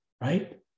right